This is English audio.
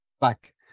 back